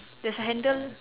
there's a handle